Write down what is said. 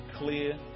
clear